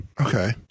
Okay